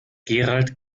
gerald